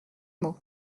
mot